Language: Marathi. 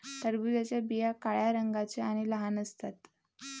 टरबूजाच्या बिया काळ्या रंगाच्या आणि लहान असतात